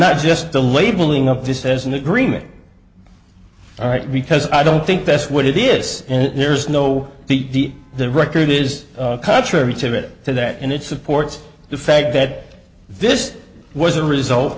not just the labeling of this as an agreement all right because i don't think that's what it is and there's no the the record is contrary to that to that and it supports the fact that this was a result